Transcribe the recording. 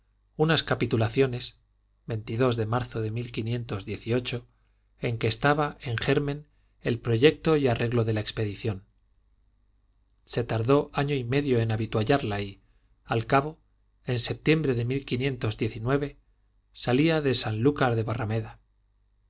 el emperador y su madre d juana una capitulaciones en que estaba en germen el proyecto y arreglo de la expedición se tardó año y medio en avituallarla y al cabo en septiembre de salía de sanlúcar de